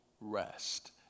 rest